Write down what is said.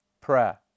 prayer